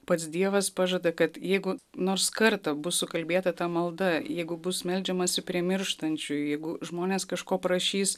pats dievas pažada kad jeigu nors kartą bus sukalbėta ta malda jeigu bus meldžiamasi prie mirštančiųjų jeigu žmonės kažko prašys